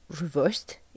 reversed